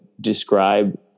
describe